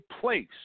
place